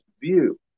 view